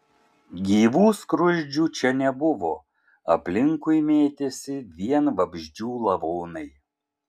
gyvų skruzdžių čia nebuvo aplinkui mėtėsi vien vabzdžių lavonai